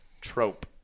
trope